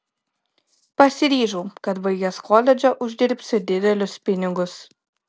pasiryžau kad baigęs koledžą uždirbsiu didelius pinigus